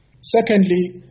Secondly